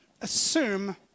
assume